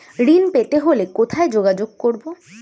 ঋণ পেতে হলে কোথায় যোগাযোগ করব?